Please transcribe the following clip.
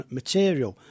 material